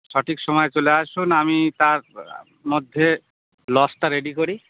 সঠিক সময়ে চলে আসুন আমি তার মধ্যে লজটা রেডি করি